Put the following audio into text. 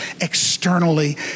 externally